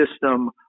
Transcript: system